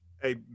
Hey